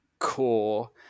core